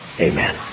Amen